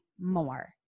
more